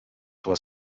tua